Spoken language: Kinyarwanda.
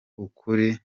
ukuri